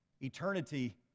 Eternity